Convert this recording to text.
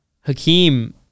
Hakeem